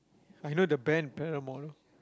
I know the band Paramore